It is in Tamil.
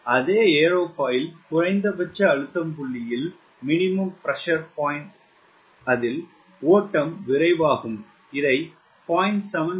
எனவே அதே ஏரோஃபாயில் குறைந்தபட்ச அழுத்தம் புள்ளியில் ஓட்டம் விரைவாகும் இதை 0